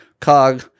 Cog